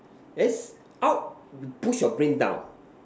theres out you push your brain down